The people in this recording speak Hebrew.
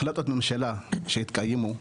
החלטות ממשלה שהתקיימו,